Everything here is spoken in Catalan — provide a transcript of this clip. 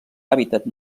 hàbitat